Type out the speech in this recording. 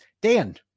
Dan